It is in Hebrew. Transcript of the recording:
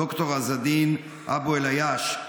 ד"ר עז א-דין אבו אל-עייש,